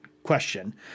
question